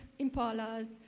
impalas